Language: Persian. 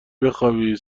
بخوابی